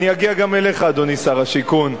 אני אגיע גם אליך, אדוני שר השיכון.